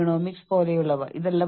കൂടാതെ നിങ്ങൾ കുടുംബങ്ങളുമായി ഇടപെടണം